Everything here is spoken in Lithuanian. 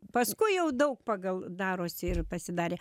paskui jau daug pagal darosi ir pasidarė